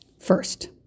First